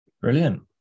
brilliant